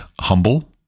humble